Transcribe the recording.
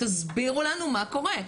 תסבירו לנו מה קורה.